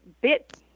bit